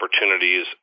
opportunities